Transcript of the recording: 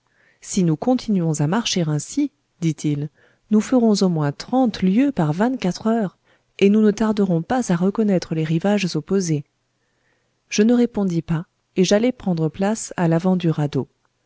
si nous continuons à marcher ainsi dit-il nous ferons au moins trente lieues par vingt-quatre heures et nous ne tarderons pas à reconnaître les rivages opposés je ne répondis pas et j'allai prendre place à l'avant du radeau